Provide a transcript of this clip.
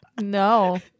No